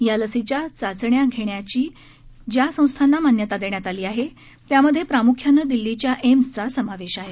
या लसीच्या चाचण्या घेण्याची ज्या संस्थांना मान्यता देण्यात आली आहे त्यामध्ये प्राम्ख्यानं दिल्लीच्या एम्सचा समावेश आहे